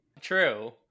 True